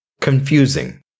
confusing